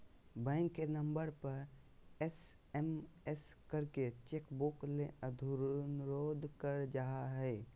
bank के नम्बर पर एस.एम.एस करके चेक बुक ले अनुरोध कर जा हय